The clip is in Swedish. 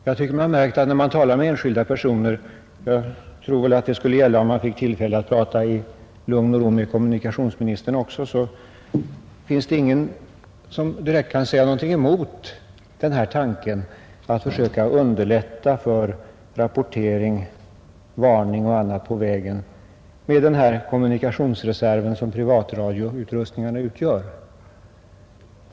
Jag tycker mig ha märkt att när man talar med enskilda personer — jag tror att det skulle gälla också om man fick tillfälle att prata i lugn och ro med kommunikationsministern — finns det ingen som direkt kan säga någonting emot tanken att vi skall försöka underlätta rapportering, varning och annat på vägen förekommande med den kommunikationsreserv som privatradioutrustningarna utgör.